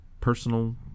personal